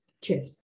Cheers